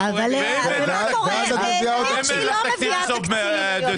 ואם אין לך תקציב עד סוף דצמבר?